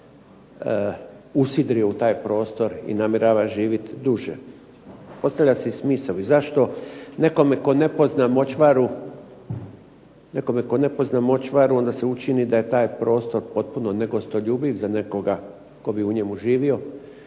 usidrio u taj prostor i namjera živit duže. Ostavlja se i smisao i zašto nekome tko ne pozna močvaru onda se učini da je taj prostor potpuno negostoljubiv za nekoga tko bi u njemu živio,